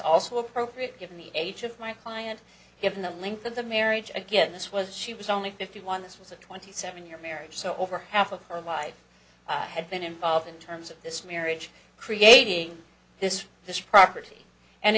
also appropriate given the age of my client given the length of the marriage again this was she was only fifty one this was a twenty seven year marriage so over half of her life had been involved in terms of this marriage creating this this property and